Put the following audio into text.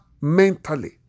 mentally